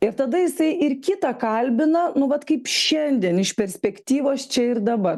ir tada jisai ir kitą kalbina nu vat kaip šiandien iš perspektyvos čia ir dabar